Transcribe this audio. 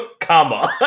comma